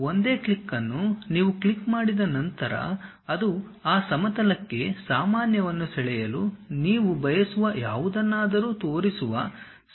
ಒಂದೇ ಕ್ಲಿಕ್ ಅನ್ನು ನೀವು ಕ್ಲಿಕ್ ಮಾಡಿದ ನಂತರ ಅದು ಆ ಸಮತಲಕ್ಕೆ ಸಾಮಾನ್ಯವನ್ನು ಸೆಳೆಯಲು ನೀವು ಬಯಸುವ ಯಾವುದನ್ನಾದರೂ ತೋರಿಸುವ ಸಂವಾದ ಪೆಟ್ಟಿಗೆಯನ್ನು ತೆರೆಯುತ್ತದೆ